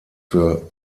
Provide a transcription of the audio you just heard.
für